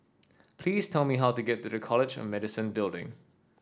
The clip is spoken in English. please tell me how to get to College of Medicine Building